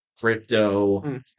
crypto